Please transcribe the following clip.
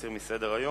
להסיר מסדר-היום.